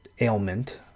ailment